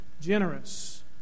generous